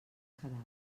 quedava